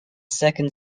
second